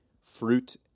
fruit